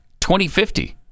2050